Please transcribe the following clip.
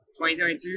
2022